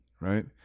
right